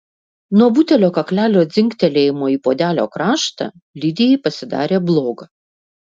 nuo butelio kaklelio dzingtelėjimo į puodelio kraštą lidijai pasidarė bloga